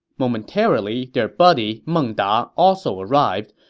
momentarily, their buddy, meng da, also arrived.